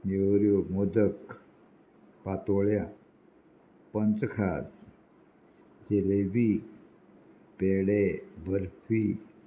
नेवऱ्यो मोदक पातोळ्या पंच खात जेबी पेडे बर्फी